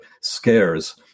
scares